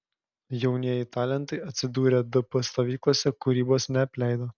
jaunieji talentai atsidūrę dp stovyklose kūrybos neapleido